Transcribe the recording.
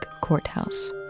courthouse